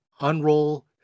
unroll